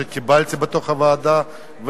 שקיבלתי בתוך הוועדה.